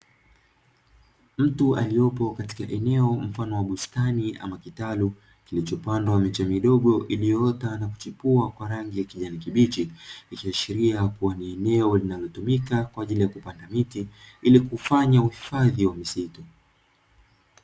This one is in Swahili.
Mtu aliyopo katika eneo mfano wa bustani ama kitalu kilichopandwa miche midogo iliyoota na kuchipua kwa rangi ya kijani kibichi ikiashiria kua ni eneo linalotumika kwa ajili ya kupanda miti ilikufanya uhifadhi wa misitu.